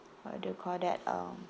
what do you call that um